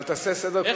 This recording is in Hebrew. אבל תעשה סדר קודם כול,